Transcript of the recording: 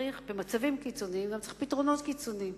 במצבים קיצוניים גם צריך פתרונות קיצוניים.